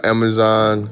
Amazon